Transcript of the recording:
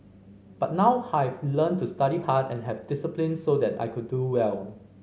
but now have learnt to study hard and have discipline so that I can do well